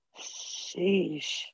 sheesh